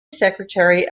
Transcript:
secretary